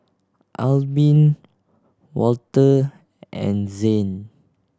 Albin Walter and Zane